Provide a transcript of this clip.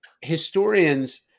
historians